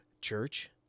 church